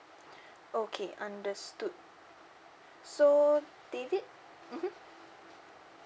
okay understood so david mmhmm